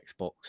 Xbox